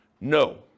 No